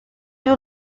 you